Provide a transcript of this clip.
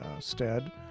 stead